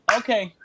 okay